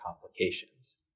complications